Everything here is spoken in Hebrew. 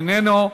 איננו,